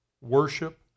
worship